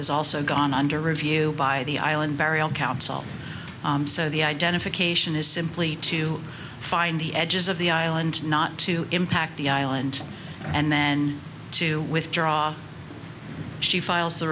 is also gone under review by the island burial council so the identification is simply to find the edges of the island not to impact the island and then to withdraw she files the